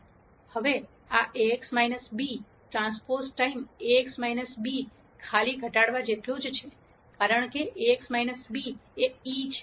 હવે આ Ax b transpose time Ax b ખાલી ઘટાડવા જેટલું જ છે કારણ કે Ax b એ e છે